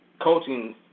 coaching